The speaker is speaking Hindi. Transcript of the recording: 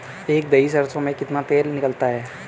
एक दही सरसों में कितना तेल निकलता है?